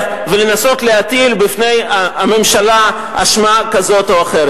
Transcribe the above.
ולנסות להטיל בפני הממשלה אשמה כזו או אחרת,